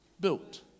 built